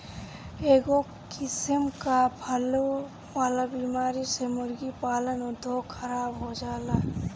कईगो किसिम कअ फैले वाला बीमारी से मुर्गी पालन उद्योग खराब हो जाला